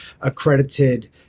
accredited